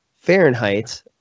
Fahrenheit